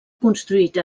construït